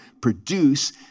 produce